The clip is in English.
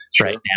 right